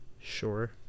Sure